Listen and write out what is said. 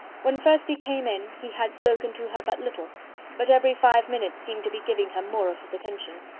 when first he came in, he had spoken to her but little but every five minutes seemed to be giving her more of his attention.